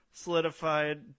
solidified